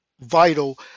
vital